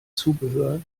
zubehör